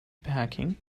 packing